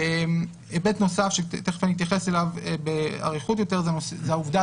היבט נוסף שתכף אתייחס אליו באריכות יותר זו העובדה